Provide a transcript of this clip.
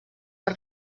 per